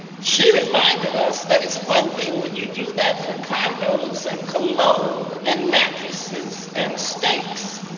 she reminded us that it's one thing when you do that for condos and cologne and mattresses and steaks,